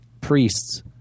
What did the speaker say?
priests